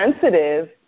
sensitive